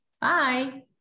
bye